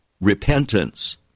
repentance